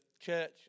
church